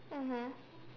mmhmm